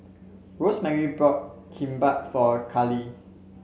Rosemary bought Kimbap for Karly